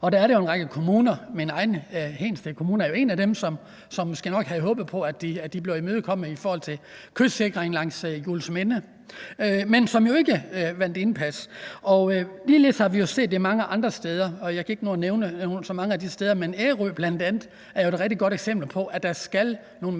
østkysten. Min egen kommune, Hedensted Kommune, er jo en af dem, som måske nok havde håbet på at blive imødekommet i forhold til kystsikring ved Juelsminde, men det vandt jo ikke indpas. Ligeledes har vi jo set det mange andre steder, og jeg kan ikke nå at nævne så mange af de steder, men bl.a. Ærø er jo et rigtig godt eksempel på, at der skal nogle